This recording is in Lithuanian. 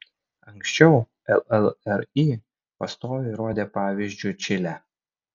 anksčiau llri pastoviai rodė pavyzdžiu čilę